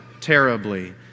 terribly